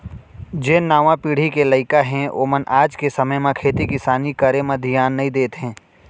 जेन नावा पीढ़ी के लइका हें ओमन आज के समे म खेती किसानी करे म धियान नइ देत हें